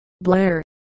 Blair